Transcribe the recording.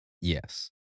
Yes